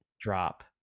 drop